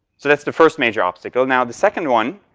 so that's the first major obstacle. now the second one,